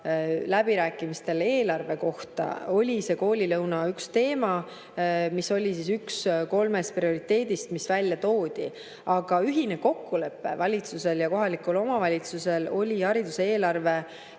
läbirääkimistel eelarve üle oli koolilõuna üks teema, mis oli üks kolmest prioriteedist, mis välja toodi. Aga ühine kokkulepe valitsusel ja kohalikel omavalitsustel oli hariduse eelarve